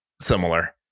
similar